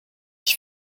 ich